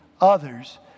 others